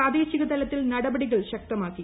പ്രാദേശികതലത്തിൽ നടപടികൾ ശക്തമാക്കി